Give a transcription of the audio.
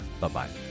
bye-bye